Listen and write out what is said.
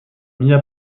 mia